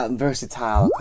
versatile